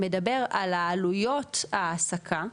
מדבר על העלויות העסקה,